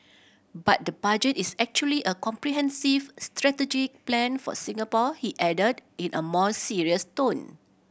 but the Budget is actually a comprehensive strategic plan for Singapore he added in a more serious tone